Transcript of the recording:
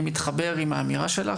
אני מתחבר עם האמירה שלך,